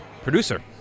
producer